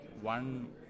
one